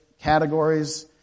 categories